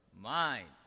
mind